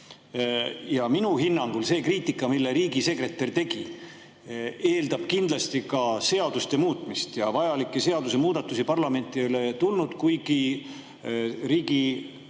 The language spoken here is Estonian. Minu hinnangul see kriitika, mille riigisekretär tegi, eeldab kindlasti ka seaduste muutmist. Vajalikke seadusemuudatusi ei ole parlamenti tulnud, kuigi